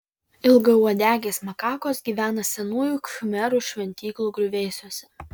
ilgauodegės makakos gyvena senųjų khmerų šventyklų griuvėsiuose